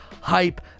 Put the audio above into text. hype